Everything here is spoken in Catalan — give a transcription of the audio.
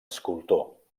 escultor